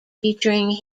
featuring